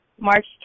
March